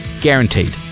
guaranteed